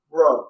Bro